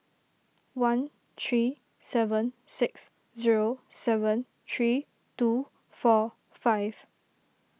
one three seven six zero seven three two four five